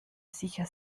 sicher